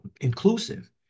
inclusive